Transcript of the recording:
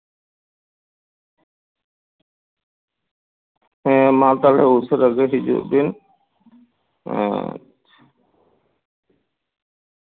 ᱦᱮᱸ ᱢᱟ ᱛᱟᱦᱞᱮ ᱩᱥᱟᱹᱨᱟ ᱜᱮ ᱦᱤᱡᱩᱜ ᱵᱤᱱ ᱟᱪᱪᱷᱟ